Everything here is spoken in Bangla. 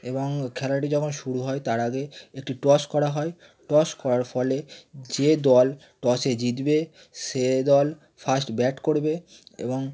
এবং খেলাটি যখন শুরু হয় তার আগে একটি টস করা হয় টস করার ফলে যে দল টসে জিতবে সে দল ফার্স্ট ব্যাট করবে এবং